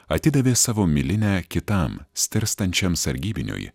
atidavė savo milinę kitam stirstančiam sargybiniui